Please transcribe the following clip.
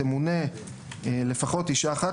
תמונה לפחות אישה אחת,